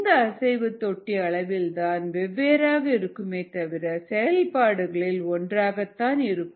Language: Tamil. இந்த அசைவு தொட்டி அளவில்தான் வெவ்வேறாக இருக்குமே தவிர செயல்பாடுகளில் ஒன்றாக தான் இருக்கும்